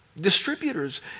distributors